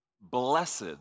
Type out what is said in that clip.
blessed